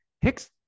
Hicks